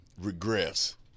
regress